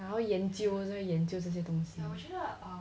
好好研究研究这些东西